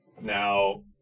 Now